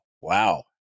wow